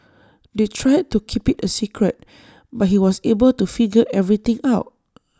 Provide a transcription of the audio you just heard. they tried to keep IT A secret but he was able to figure everything out